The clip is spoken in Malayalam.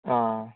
ആ